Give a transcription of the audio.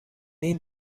این